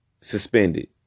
suspended